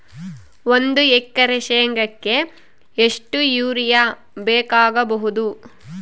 ಒಂದು ಎಕರೆ ಶೆಂಗಕ್ಕೆ ಎಷ್ಟು ಯೂರಿಯಾ ಬೇಕಾಗಬಹುದು?